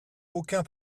aucun